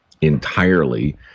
entirely